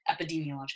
epidemiological